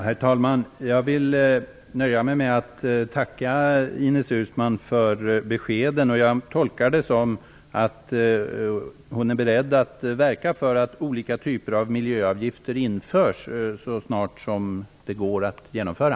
Herr talman! Jag vill nöja mig med att tacka Ines Uusmann för beskeden. Jag tolkar det så att hon är beredd att verka för att olika typer av miljöavgifter införs så snart som de går att införa.